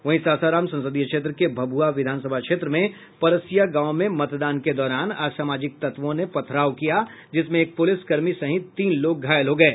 वहीं सासाराम संसदीय क्षेत्र के भभ्रआ विधानसभा क्षेत्र में परसिया गांव में मतदान के दौरान असामाजिक तत्वों ने पथराव किया जिसमें एक पुलिस कर्मी सहित तीन लोग घायल हो गये